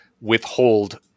withhold